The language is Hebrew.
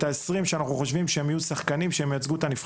ה-20 שאנחנו חושבים שהם יהיו שחקני נבחרת.